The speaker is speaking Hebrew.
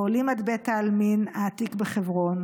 ועולים את בית העלמין העתיק בחברון